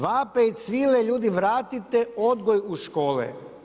Vape i cvile, ljudi vratite odgoj u škole.